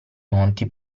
monti